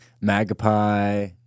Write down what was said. Magpie